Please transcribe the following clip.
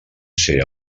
ser